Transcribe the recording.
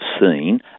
seen